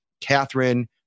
Catherine